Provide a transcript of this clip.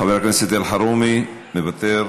חבר הכנסת אלחרומי, מוותר,